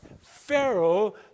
Pharaoh